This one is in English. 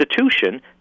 institution